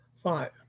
five